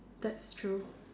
that's true